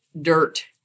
dirt